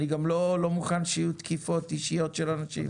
אני גם לא מוכן שיהיו תקיפות אישיות של אנשים.